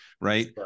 right